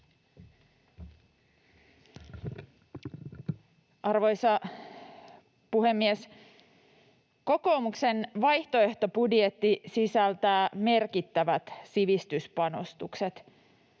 Arvoisa puhemies! Kokoomuksen vaihtoehtobudjetti sisältää merkittävät sivistyspanostukset.